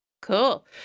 cool